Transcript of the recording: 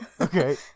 Okay